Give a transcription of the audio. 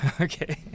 okay